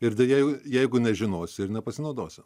ir deja jau jeigu nežinosi ir nepasinaudosi